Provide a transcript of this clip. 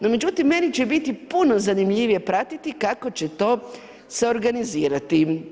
No međutim, meni će biti puno zanimljivije pratiti kako će to se organizirati.